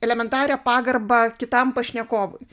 elementarią pagarbą kitam pašnekovui